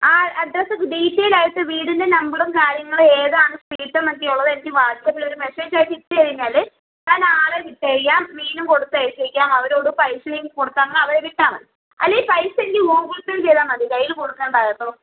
ആ address detail ആയിട്ട് വീടിൻ്റെ നമ്പറും കാര്യങ്ങളും ഏതാണ് സ്ട്രീറ്റ് എന്നൊക്കെ ഉള്ളത് എനിക്ക് വാട്ട്സപ്പിൽ ഒരു മെസ്സേജ് ആയിട്ട് ഇട്ട് കഴിഞ്ഞാൽ ഞാൻ ആളെ വിട്ടേക്കാം മീനും കൊടുത്തയച്ചേക്കാം അവരോട് പൈസയും കൊടു തന്നവരെ വിട്ടാൽ മതി അല്ലെങ്കിൽ പൈസ എനിക്ക് ഗൂഗിൾ പേ ചെയ്താൽ മതി കയ്യിൽ കൊടുക്കണ്ട കേട്ടോ